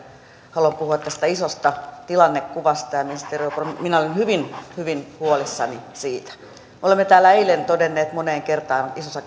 haluan puhua tästä isosta tilannekuvasta ja ministeri orpo minä olen myös hyvin hyvin huolissani siitä olemme täällä eilen todenneet moneen kertaan isossa